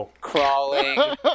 crawling